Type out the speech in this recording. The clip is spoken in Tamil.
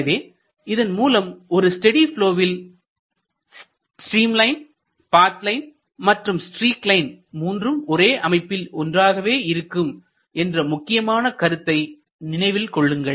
எனவே இதன் மூலம் ஒரு ஸ்டெடி ப்லொவில் ஸ்ட்ரீம் லைன் பாத் லைன் மற்றும் ஸ்ட்ரீக் லைன் மூன்றும் ஒரே அமைப்பில் ஒன்றாகவே இருக்கும் என்ற முக்கியமான கருத்தை நினைவில் கொள்ளுங்கள்